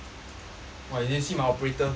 !wah! you didn't see my operator